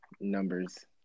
numbers